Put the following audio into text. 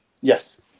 Yes